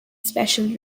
special